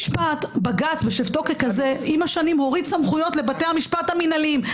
בג"ץ בשבתו ככזה עם השנים הוריד סמכויות לבתי המשפט המנהליים.